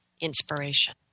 inspiration